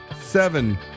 seven